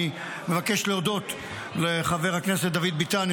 אני מבקש להודות לחבר הכנסת דוד ביטן,